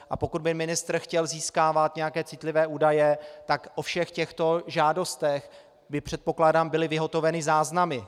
A pokud by ministr chtěl získávat nějaké citlivé údaje, tak o všech těchto žádostech by předpokládám byly vyhotoveny záznamy.